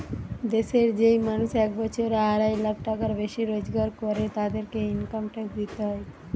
দেশের যেই মানুষ এক বছরে আড়াই লাখ টাকার বেশি রোজগার করের, তাদেরকে ইনকাম ট্যাক্স দিইতে হয়